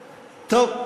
טוב,